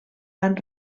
van